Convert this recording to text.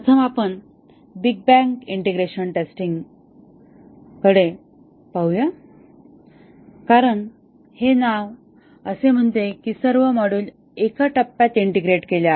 प्रथम आपण big bang integration टेस्टिंगकडे पाहूया कारण हे नाव असे म्हणते की सर्व मॉड्यूल एका टप्प्यात इंटिग्रेट केले आहेत